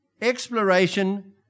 Exploration